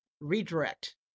redirect